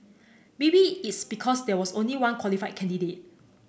maybe it's because there was only one qualified candidate